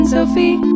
Sophie